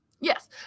Yes